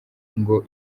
ngo